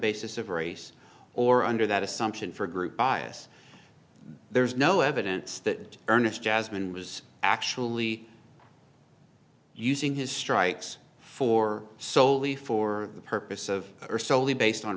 basis of race or under that assumption for group bias there's no evidence that ernest jasmine was actually using his strikes for solely for the purpose of or solely based on